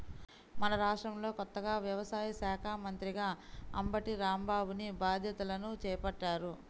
మన రాష్ట్రంలో కొత్తగా వ్యవసాయ శాఖా మంత్రిగా అంబటి రాంబాబుని బాధ్యతలను చేపట్టారు